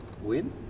Win